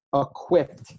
equipped